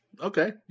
Okay